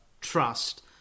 trust